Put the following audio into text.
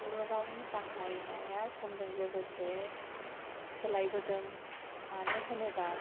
बर'रावनि बाहायनाया समजों लोगोसे सोलायबोदों मानो होनोब्ला